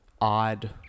odd